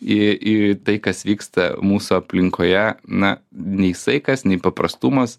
į į tai kas vyksta mūsų aplinkoje na nei saikas nei paprastumas